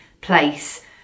place